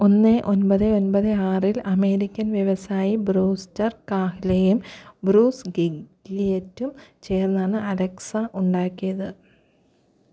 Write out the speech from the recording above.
ഒന്ന് ഒൻപത് ഒൻപത് ആറിൽ അമേരിക്കൻ വ്യവസായി ബ്രൂസ്റ്റർ കാഹ്ലെയും ബ്രൂസ് ഗി ഗില്ലിയറ്റും ചേർന്നാണ് അലക്സ ഉണ്ടാക്കിയത്